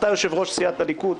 אתה יושב-ראש סיעת הליכוד,